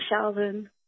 Sheldon